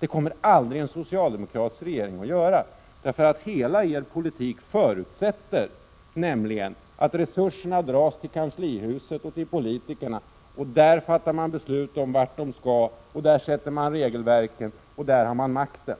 En sådan översyn kommer en socialdemokratisk regering aldrig att göra. Hela er politik förutsätter nämligen att resurserna dras in till kanslihuset och politikerna. Där fattar man beslut om vart pengarna skall ta vägen, där bestämmer man regelverket och där har man makten.